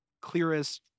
clearest